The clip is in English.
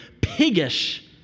piggish